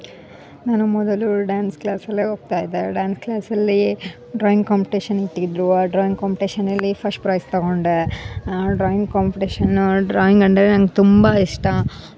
ನಾನು ಮೊದಲು ಡ್ಯಾನ್ಸ್ ಕ್ಲಾಸಲ್ಲೆ ಹೋಗ್ತಾ ಇದ್ದೆ ಡ್ಯಾನ್ಸ್ ಕ್ಲಾಸಲ್ಲೀ ಡ್ರಾಯಿಂಗ್ ಕಾಂಪ್ಟೇಷನ್ ಇಟ್ಟಿದ್ದರು ಆ ಡ್ರಾಯಿಂಗ್ ಕಾಂಪ್ಟೇಷನಲ್ಲಿ ಫಸ್ಟ್ ಪ್ರೈಝ್ ತಗೊಂಡೆ ಡ್ರಾಯಿಂಗ್ ಕಾಂಪ್ಟೇಷನ್ನು ಡ್ರಾಯಿಂಗ್ ಅಂದರೆ ನಂಗ ತುಂಬ ಇಷ್ಟ ನಾನು